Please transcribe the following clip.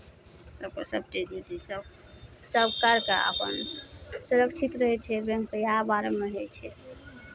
सभकेँ सभचीज भेटय सभ सभ करि कऽ आ अपन सुरक्षित रहै छियै बैंक तऽ इएह बारेमे होइ छै